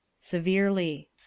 Severely